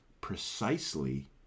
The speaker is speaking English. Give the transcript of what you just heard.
precisely